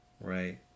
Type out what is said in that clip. right